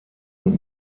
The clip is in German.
und